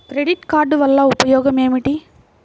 Credit card వల్ల ఉపయోగం ఏమిటీ?